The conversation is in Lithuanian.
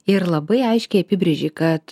ir labai aiškiai apibrėžei kad